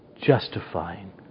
justifying